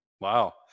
Wow